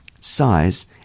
size